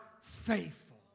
faithful